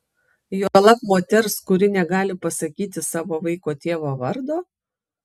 juolab moters kuri negali pasakyti savo vaiko tėvo vardo